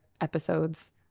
episodes